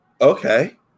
okay